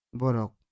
borok